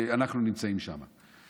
אנחנו נמצאים שם.